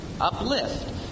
uplift